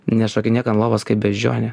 nešokinėk ant lovos kaip beždžionė